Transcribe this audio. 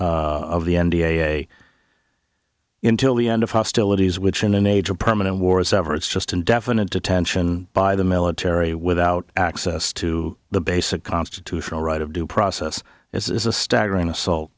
of the n d a intill the end of hostilities which in an age a permanent war as ever it's just indefinite detention by the military without access to the basic constitutional right of due process is a staggering assault